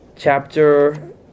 Chapter